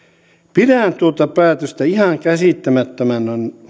pidän tuota päätöstä ihan käsittämättömän